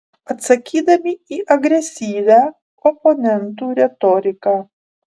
atsakydami į agresyvią oponentų retoriką